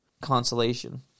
consolation